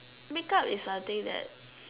make up is something that